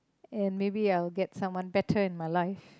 and maybe I'll get someone better in my life